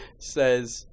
says